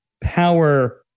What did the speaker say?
Power